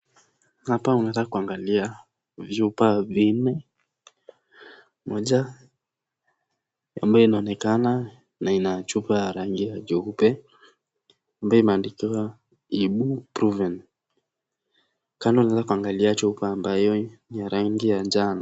Hapa unaweza kuangalia vyupa vinne, moja ambayo inaonekana na inachupa ya rangi ya jeupe ambayo imeandikwa ibu proven kando unaweza kuangalia chupa ambayo ni ya rangi ya njano.